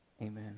Amen